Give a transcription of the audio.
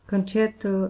Concerto